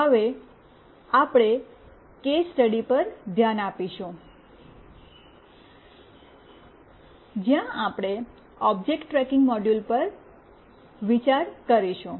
હવે આપણે case study પર ધ્યાન આપીશું જ્યાં આપણે ઓબ્જેક્ટ ટ્રેકિંગ મોડ્યુલ પર વિચાર કરીશું